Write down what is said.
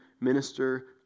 minister